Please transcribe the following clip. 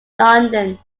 london